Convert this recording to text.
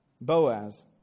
Boaz